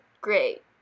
great